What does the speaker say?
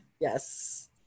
Yes